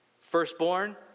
Firstborn